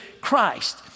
Christ